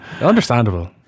understandable